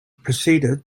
preceded